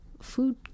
Food